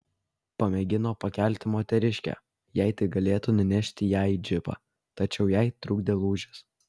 pamėgino pakelti moteriškę jei tik galėtų nunešti ją į džipą tačiau jai trukdė lūžis